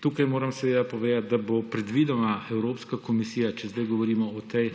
Tukaj moram seveda povedati, da bo predvidoma Evropska komisija, če sedaj govorimo o tej